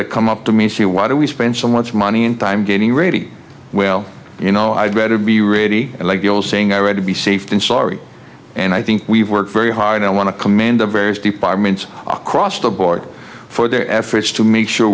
that come up to me she why do we spend so much money and time getting ready we'll you know i'd better be ready and like the old saying i read to be safe than sorry and i think we've worked very hard i want to commend the various departments across the board for their efforts to make sure